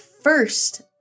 first